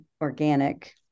organic